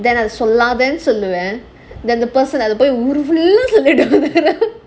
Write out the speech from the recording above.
then I'll சொல்லதான்னு சொல்லுவேன்:solathaanu solluvaen then the person ஊருல சொல்லிட்டு வந்துடுவாங்க:orula sollitu vandhuduvaanga